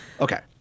Okay